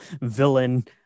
villain